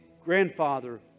grandfather